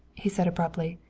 he said abruptly.